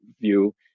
view